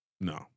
No